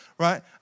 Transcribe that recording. right